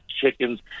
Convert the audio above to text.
chickens